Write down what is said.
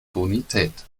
bonität